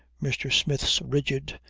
mr. smith's rigid,